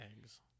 eggs